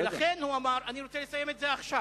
לכן, הוא אמר, אני רוצה לסיים את זה עכשיו,